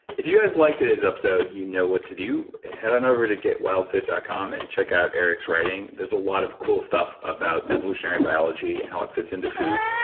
if you guys liked today's episode, you know what to do. head on over to getwildfit dot com and check out eric's writing. there's a lot of cool stuff about evolutionary biology and how it fits into food.